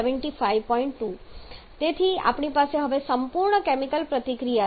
2 તેથી આપણી પાસે હવે સંપૂર્ણ કેમિકલ પ્રતિક્રિયા છે